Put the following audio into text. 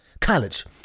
College